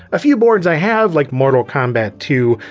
a few boards i have, like mortal kombat two,